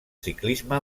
ciclisme